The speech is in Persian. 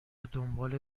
دنبال